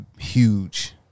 huge